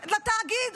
לתאגיד.